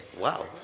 Wow